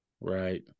right